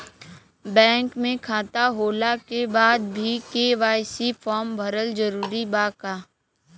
Bank में खाता होला के बाद भी के.वाइ.सी फार्म भरल जरूरी बा का?